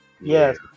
Yes